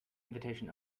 invitation